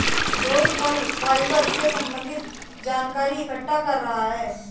रोहित फल फाइबर से संबन्धित जानकारी इकट्ठा कर रहा है